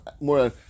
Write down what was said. more